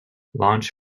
launch